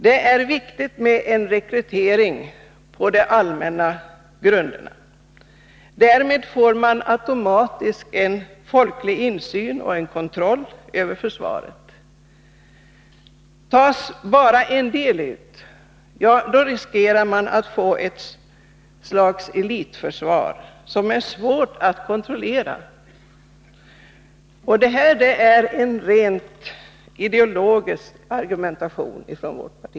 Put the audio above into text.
Det är viktigt med en rekrytering på allmänna grunder. Därmed får man automatiskt en folklig insyn i och kontroll över försvaret. Tas bara en del ut, riskerar man att få ett slags elitförsvar, som är svårt att kontrollera. Detta är alltså ett rent ideologiskt argument.